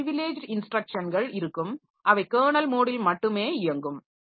எனவே ப்ரிவிலேஜ்ட் இன்ஸ்டிரக்ஷன்கள் இருக்கும் அவை கெர்னல் மோடில் மட்டுமே இயங்கும்